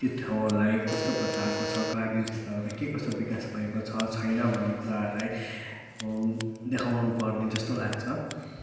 ती ठाउँहरूलाई कस्तो प्रकारको छ ग्रामीण क्षेत्रलाई के कस्तो विकास परेको छ छैन भन्ने कुरालाई देखाउनु पर्ने जस्तो लाग्छ